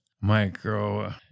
micro